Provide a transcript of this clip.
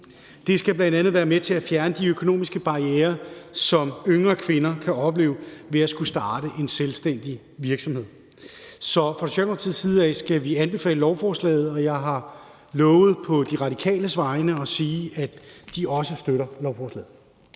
Det skal bl.a. være med til at fjerne de økonomiske barrierer, som yngre kvinder kan opleve ved at skulle starte en selvstændig virksomhed. Så vi skal fra Socialdemokratiets side anbefale lovforslaget, og jeg har på De Radikales vegne lovet at sige, at de også støtter lovforslaget.